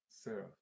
Sarah